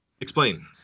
Explain